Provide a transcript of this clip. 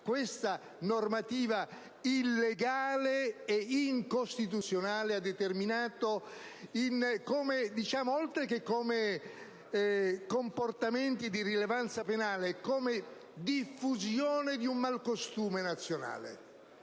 questa normativa illegale e incostituzionale ha determinato, non solo come comportamenti di rilevanza penale, ma in termini di diffusione di un malcostume nazionale